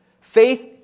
faith